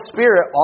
Spirit